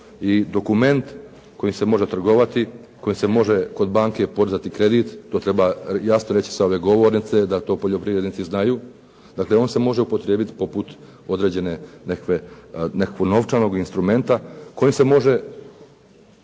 i dokument kojim se može trgovati, kojim se može kod banke podizati kredit. To treba jasno reći sa ove govornice da to poljoprivrednici znaju. Dakle, on se može upotrijebiti poput određene nekakvog novčanog instrumenta kojim se može,